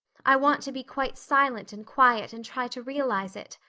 i want to be quite silent and quiet and try to realize it.